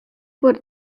por